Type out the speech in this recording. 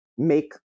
Make